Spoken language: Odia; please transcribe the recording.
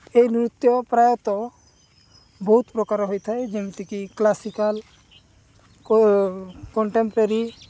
ଏ ନୃତ୍ୟ ପ୍ରାୟତଃ ବହୁତ ପ୍ରକାର ହୋଇଥାଏ ଯେମିତିକି କ୍ଲାସିକାଲ୍ କଣ୍ଟେମ୍ପରାରୀ